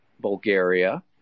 Bulgaria